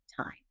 time